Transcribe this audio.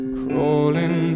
crawling